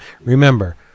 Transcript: Remember